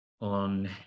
on